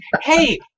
hey